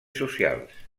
socials